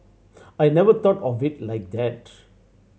I never thought of it like that